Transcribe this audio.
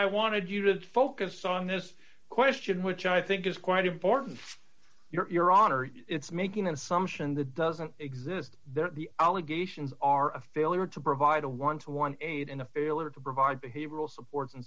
i wanted you to focus on this question which i think is quite important you're on or it's making an assumption that doesn't exist then the allegations are a failure to provide a one to one aide in a failure to provide behavioral support